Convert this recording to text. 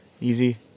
easy